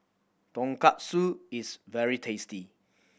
tonkatsu is very tasty